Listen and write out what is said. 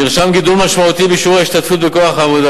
נרשם גידול משמעותי בשיעור ההשתתפות בכוח העבודה.